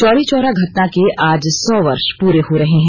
चौरी चौरा घटना के आज सौ वर्ष पूरे हो रहे हैं